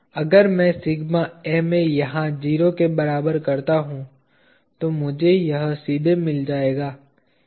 अगर मैं sigma MA यहां 0 के बराबर करता हूं तो मुझे यह सीधे मिल जाएगा